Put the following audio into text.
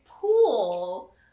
pool